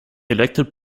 elected